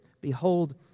Behold